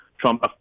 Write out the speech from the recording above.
Trump